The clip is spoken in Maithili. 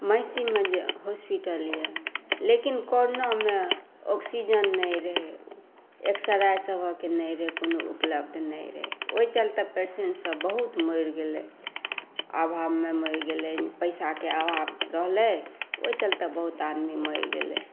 महिषीमे जे हॉस्पिटल यऽ लेकिन कोरोनामे ऑक्सीजन नहि रहै एक्स रे सभक नहि रहै कोनो उपलब्ध नहि रहै ओहि चलते पेशेंट सब बहुत मरि गेलै आभावमे मरि गेलै पैसाके आभाव रहलै ओहि चलते बहुत आदमी मरि गेलै